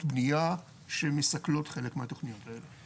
בנייה שמסקלות חלק מהתוכניות האלה.